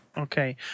Okay